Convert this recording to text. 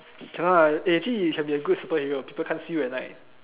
cannot lah eh actually you can be a good superhero people can't see you at night